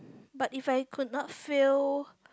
but if I could not fail